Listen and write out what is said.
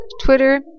Twitter